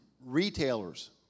Retailers